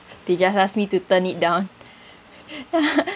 they just ask me to turn it down